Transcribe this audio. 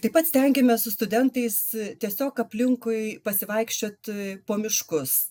taip pat stengiamės su studentais tiesiog aplinkui pasivaikščiot po miškus